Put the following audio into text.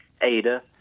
Ada